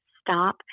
stop